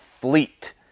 Fleet